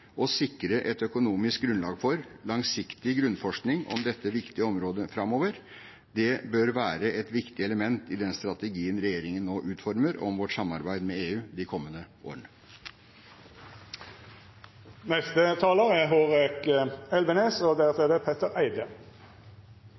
og sikre et økonomisk grunnlag for langsiktig grunnforskning på dette viktige området framover. Det bør være et viktig element i den strategien regjeringen nå utformer for vårt samarbeid med EU de kommende årene.